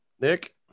Nick